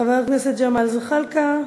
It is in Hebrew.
חבר הכנסת ג'מאל זחאלקה,